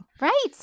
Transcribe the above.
right